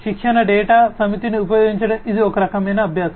శిక్షణ డేటా సమితిని ఉపయోగించడం ఇది ఒక రకమైన అభ్యాసం